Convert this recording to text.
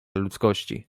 ludzkości